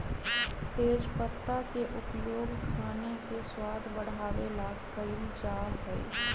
तेजपत्ता के उपयोग खाने के स्वाद बढ़ावे ला कइल जा हई